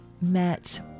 met